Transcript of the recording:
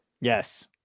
Yes